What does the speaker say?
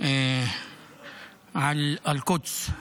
על אל-קודס,